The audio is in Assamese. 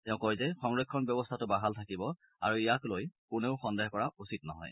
তেওঁ কয় যে সংৰক্ষণ ব্যৱস্থাটো বাহাল থাকিব আৰু ইয়াক লৈ কোনেও সন্দেহ কৰা উচিত নহয়